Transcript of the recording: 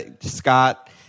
Scott